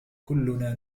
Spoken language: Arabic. كلنا